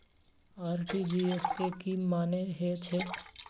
RTGS के की मानें हे छे?